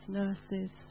nurses